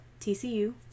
TCU